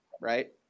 Right